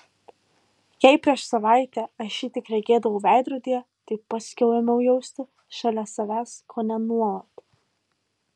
jei prieš savaitę aš jį tik regėdavau veidrodyje tai paskiau ėmiau jausti šalia savęs kone nuolat